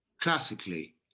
classically